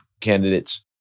candidates